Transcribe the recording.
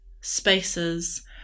spaces